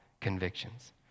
convictions